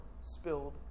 spilled